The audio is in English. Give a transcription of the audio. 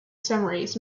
summaries